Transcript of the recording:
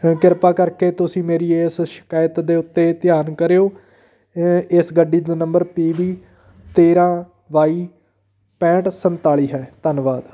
ਕਿਰਪਾ ਕਰਕੇ ਤੁਸੀਂ ਮੇਰੀ ਇਸ ਸ਼ਿਕਾਇਤ ਦੇ ਉੱਤੇ ਧਿਆਨ ਕਰਿਓ ਇਸ ਗੱਡੀ ਦਾ ਨੰਬਰ ਪੀ ਬੀ ਤੇਰ੍ਹਾਂ ਬਾਈ ਪੈਂਹਠ ਸੰਤਾਲੀ ਹੈ ਧੰਨਵਾਦ